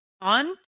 on